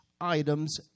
items